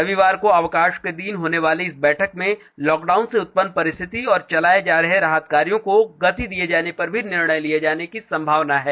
रविवार को अवकाश के दिन होने वाली इस बैठक में लॉकडाउन से उत्पन्न परिस्थिति और चलाये जा रहे राहत कार्यां को गति दिये जाने पर भी निर्णय लिये जाने की संभावना है